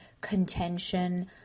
contention